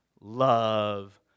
love